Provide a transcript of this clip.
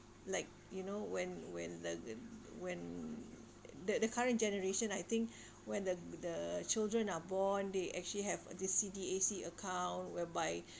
like you know when when the when the the current generation I think when the the children are born they actually have this C_D_A_C account whereby